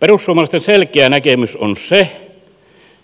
perussuomalaisten selkeä näkemys on se